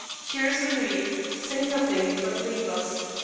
here is a louis. say nothing, but leave us.